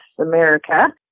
America